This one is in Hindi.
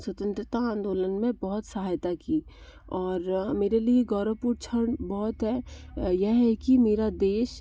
स्वतंत्रता आंदोलन में बहुत सहायता की और मेरे लिए गौरवपूण क्षण बहुत है यह है कि मेरा देश